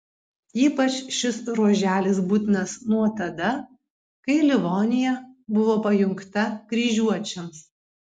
ypač šis ruoželis būtinas nuo tada kai livonija buvo pajungta kryžiuočiams